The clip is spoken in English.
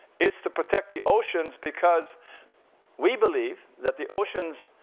it's to protect the oceans, because we believe that the oceans,